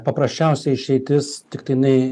paprasčiausia išeitis tiktai jinai